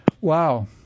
Wow